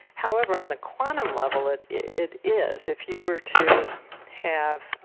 however on the quantum level it it is. if you were to have,